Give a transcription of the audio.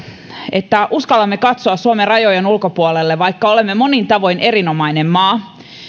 että uskallamme katsoa suomen rajojen ulkopuolelle vaikka olemme monin tavoin erinomainen maa